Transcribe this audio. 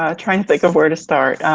um trying to think of where to start.